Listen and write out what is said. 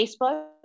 Facebook